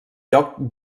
lloc